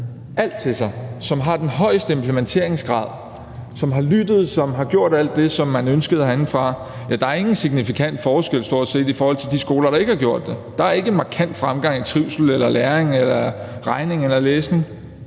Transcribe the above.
alt til sig – som har den højeste implementeringsgrad, og som har lyttet og gjort alt det, som man ønskede herindefra – er der ingen signifikant forskel på dem i forhold til de skoler, der ikke har gjort det. Der er ikke en markant fremgang i trivslen eller læring eller regning eller læsning.